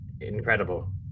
incredible